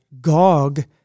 Gog